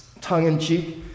tongue-in-cheek